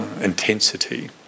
intensity